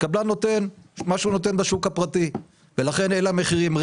קבלן נותן מה שהוא נותן בשוק הפרטי ולכן אלה המחירים.